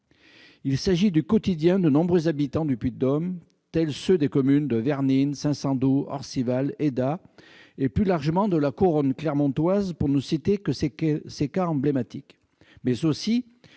Il s'agit du quotidien de nombreux habitants du Puy-de-Dôme, tels ceux des communes de Vernines, Saint-Sandoux, Orcival, Aydat, et plus largement de ceux de la couronne clermontoise, pour ne citer que ces cas emblématiques.